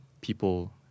people